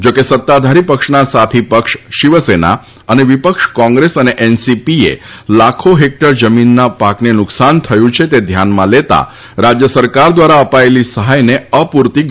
જોકે સત્તાધારી પક્ષના સાથી પક્ષ શિવસેના અને વિપક્ષ કોંગ્રેસ અને એનસીપીએ લાખો હેક્ટર જમીનમાં પાકને નુકસાન થયું છે તે ધ્યાનમાં લેતા રાજ્ય સરકાર દ્વારા અપાયેલી સહાયને અપૂરતી ગણાવી હતી